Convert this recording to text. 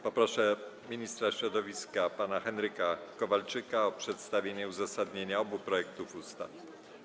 Poproszę ministra środowiska pana Henryka Kowalczyka o przedstawienie uzasadnienia obu projektów ustaw.